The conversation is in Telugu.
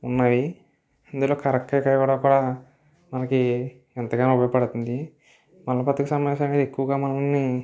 ఉన్నాయి ఇందులో కరక్కాయ కాయ కూడా మనకి ఎంతగానో ఉపయోగపడుతుంది మల్ల బద్ధక సమస్య అనేది ఎక్కువగా మనల్ని